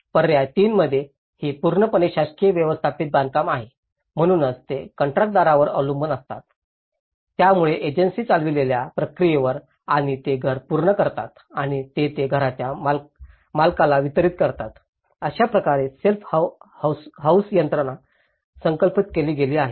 पर्याय 3 मध्ये हे पूर्णपणे शासकीय व्यवस्थापित बांधकाम आहे म्हणूनच ते कंत्राटदारावर अवलंबून असतात त्यामुळे एजन्सी चालवलेल्या प्रक्रियेवर आणि ते घर पूर्ण करतात आणि ते ते घराच्या मालकाला वितरीत करतात अशा प्रकारे सेल्फ हाऊस यंत्रणा संकल्पित केले गेले आहे